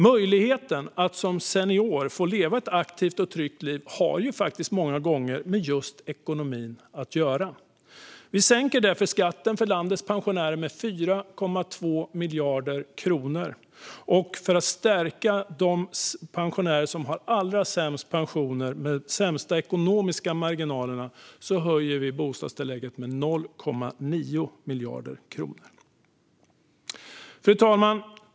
Möjligheten att som senior få leva ett aktivt och tryggt liv har många gånger just med ekonomin att göra. Vi sänker därför skatten för landets pensionärer med 4,2 miljarder kronor, och för att stärka de pensionärer som har allra sämst pensioner och de sämsta ekonomiska marginalerna höjer vi bostadstillägget med 0,9 miljarder kronor. Fru talman!